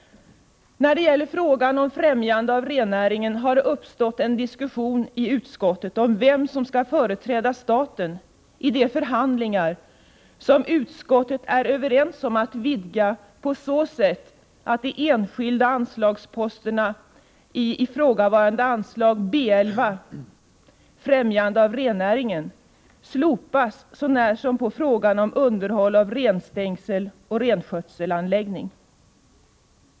När det gäller frågan om främjande av rennäringen har det uppstått en diskussion i utskottet om vem som skall företräda staten i de förhandlingar som utskottet är överens om att vidga på så sätt att de enskilda anslagsposterna i ifrågavarande anslag B 11 Främjande av rennäringen slopas så när som på frågan om underhåll av renstängsel och renskötselanläggning.